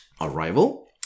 Arrival